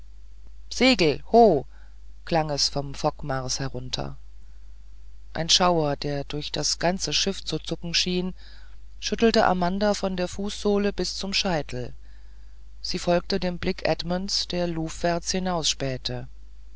segel ho klang es vom fockmars herunter ein schauder der durch das ganze schiff zu zucken schien schüttelte amanda von der fußsohle bis zum scheitel sie folgte dem blick edmunds der